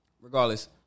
regardless